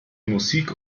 musik